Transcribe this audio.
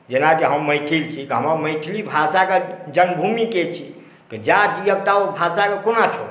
जेनाकि हम मैथिल छी तऽ हमर मैथिली भाषाके जन्मभूमिके छी जा जियब ता ओ भाषाके कोना छोड़ब